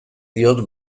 diot